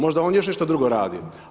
Možda on još nešto drugo radi?